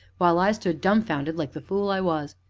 while i stood dumbfounded, like the fool i was.